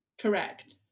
correct